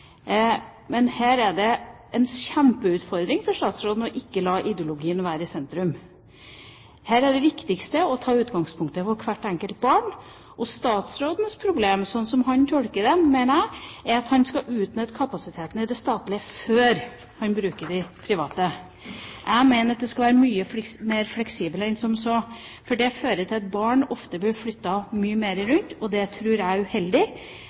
Men her er det en kjempeutfordring for statsråden ikke å la ideologien være i sentrum. Her er det viktigste å ta utgangspunkt i hvert enkelt barn, og statsrådens problem, slik som han tolker det, mener jeg, er at han skal utnytte kapasiteten i det statlige før han bruker de private. Jeg mener at det skal være mye mer fleksibelt enn som så, for det fører til at barn ofte blir flyttet mye mer rundt, og det tror jeg er uheldig.